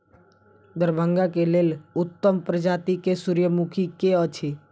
दरभंगा केँ लेल उत्तम प्रजाति केँ सूर्यमुखी केँ अछि?